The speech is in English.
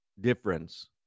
difference